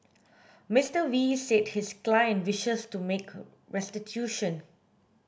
Mister Wee said his client wishes to make restitution